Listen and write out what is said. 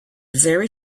very